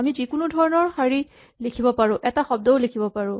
আমি যিকোনো ধৰণৰ শাৰী লিখিব পাৰো এটা শব্দও লিখিব পাৰো